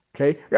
Okay